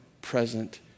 present